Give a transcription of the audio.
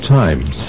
times